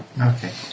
okay